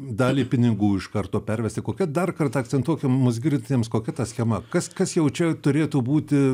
dalį pinigų iš karto pervesti kokia dar kartą akcentuokim mus girdintiems kokia ta schema kas kas jau čia turėtų būti